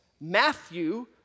Matthew